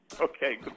Okay